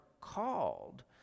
called